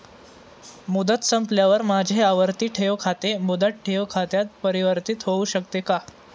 मुदत संपल्यावर माझे आवर्ती ठेव खाते मुदत ठेव खात्यात परिवर्तीत होऊ शकते का?